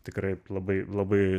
tikrai labai labai